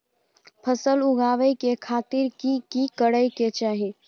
फसल उगाबै के खातिर की की करै के चाही?